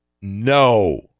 no